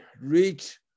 reach